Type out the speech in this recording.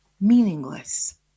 meaningless